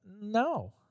No